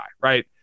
right